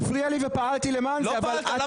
הפריע לי ופעלתי למען זה אבל אתה הפלת את זה.